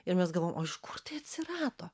ir mes galvojam o iš kur tai atsirado